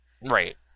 Right